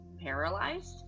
paralyzed